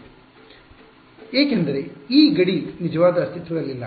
ಇದು ಮುಂದುವರಿಯುತ್ತದೆ ಏಕೆಂದರೆ ಈ ಗಡಿ ನಿಜವಾಗಿ ಅಸ್ತಿತ್ವದಲ್ಲಿಲ್ಲ